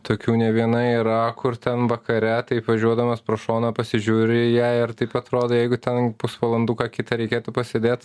tokių ne viena yra kur ten vakare taip važiuodamas pro šoną pasižiūri į ją ir taip atrodo jeigu ten pusvalanduką kitą reikėtų pasėdėt